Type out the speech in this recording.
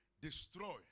destroy